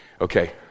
Okay